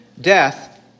death